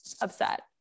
upset